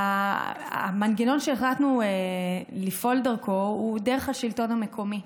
המנגנון שהחלטנו לפעול דרכו הוא השלטון המקומי,